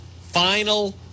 Final